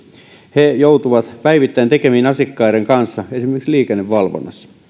he joutuvat päivittäin tekemisiin asiakkaiden kanssa esimerkiksi liikennevalvonnassa